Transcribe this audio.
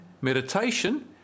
meditation